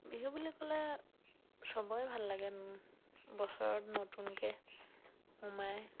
বিহু বুলি ক'লে চবৰে ভাল লাগে বছৰত নতুনকৈ সোমায়